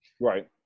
Right